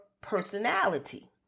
personality